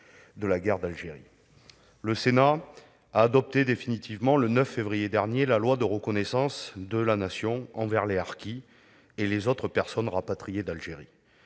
de la guerre d'Algérie. Le Sénat a adopté définitivement, le 9 février dernier, la loi portant reconnaissance de la Nation envers les harkis et les autres personnes rapatriées d'Algérie.